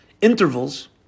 intervals